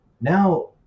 Now